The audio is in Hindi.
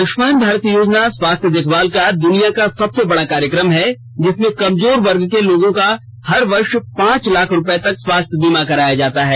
आयुष्मान भारत योजना स्वास्थ्य देखभाल का दुनिया का सबसे बड़ा कार्यक्रम है जिसमें कमजोर वर्ग के लोगों का हर वर्ष पांच लाख रुपये तक स्वास्थ्य बीमा कराया जाता है